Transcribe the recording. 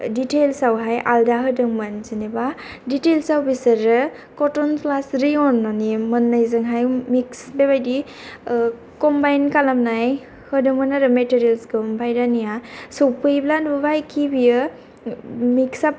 details आवहाय आलदा होदोंमोन जेनेबा डिटेल्स याव बिसोरो कटन प्लास रियन माने मोन्नैजोंहाय मिक्स बेबादि कमबाइन खालामनाय होदोंमोन आरो मेटेरियेल्स खौ ओमफ्राय दानिया सफैब्ला नुबायखि बियो मिक्सआप